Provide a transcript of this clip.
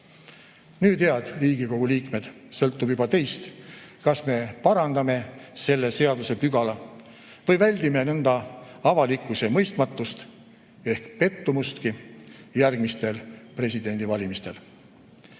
Nüüd, head Riigikogu liikmed, sõltub juba teist, kas me parandame selle seadusepügala ja väldime nõnda avalikkuse mõistmatust – ehk pettumustki – järgmistel presidendivalimistel.